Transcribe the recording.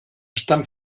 estan